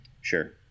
Sure